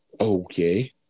Okay